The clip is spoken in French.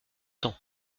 temps